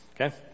Okay